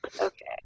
Okay